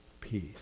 peace